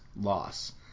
loss